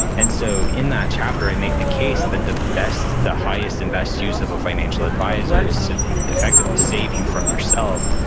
and so in that chapter, i make the case that the best, the highest and best use of a financial advisor is to effectively save you from yourself.